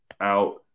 out